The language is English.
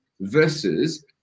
versus